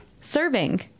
serving